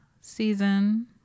season